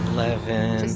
Eleven